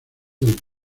del